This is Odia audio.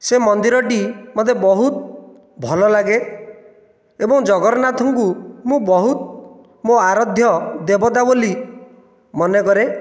ସେ ମନ୍ଦିରଟି ମୋତେ ବହୁତ ଭଲ ଲାଗେ ଏବଂ ଜଗନ୍ନାଥଙ୍କୁ ମୁଁ ବହୁତ ମୋ ଆରାଧ୍ୟ ଦେବତା ବୋଲି ମନେକରେ